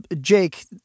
Jake